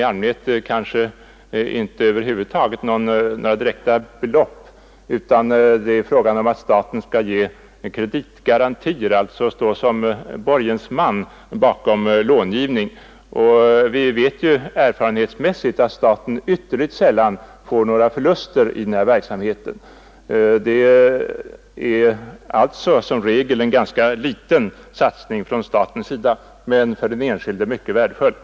I allmänhet gäller det över huvud taget inte några direkta utgifter, utan det är fråga om att staten skall ge kreditgarantier, alltså stå som borgensman vid långivning. Vi vet erfarenhetsmässigt att staten ytterligt sällan åsamkas några förluster i den verksamheten. Det är som regel en ganska liten satsning från statens sida men för den enskilde mycket värdefull.